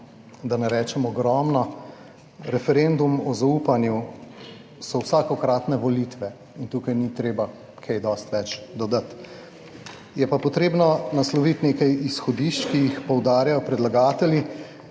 da ne rečem ogromno. Referendum o zaupanju so vsakokratne volitve in tukaj ni treba kaj dosti več dodati. Je pa potrebno nasloviti nekaj izhodišč, ki jih poudarjajo predlagatelji.